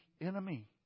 enemy